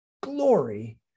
glory